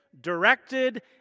directed